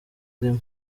arimo